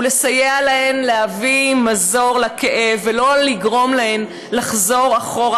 הוא לסייע להן להביא מזור לכאב ולא לגרום להן לחזור אחורה